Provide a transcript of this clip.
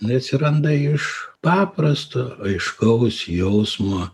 jinai atsiranda iš paprasto aiškaus jausmo